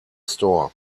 store